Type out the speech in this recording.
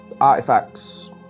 artifacts